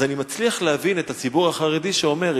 אז אני מצליח להבין את הציבור החרדי שאומר: